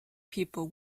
people